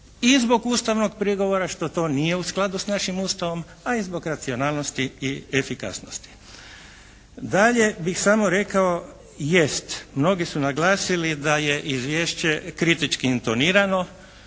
i zbog ustavnog prigovora što to nije u skladu sa našim Ustavom, a i zbog racionalnosti i efikasnosti. Dalje bih samo rekao jest, mnogi su naglasili da je izvješće kritički intonirano.